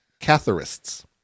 catharists